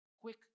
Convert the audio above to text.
quick